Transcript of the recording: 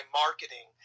marketing